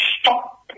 stop